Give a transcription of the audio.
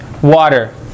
Water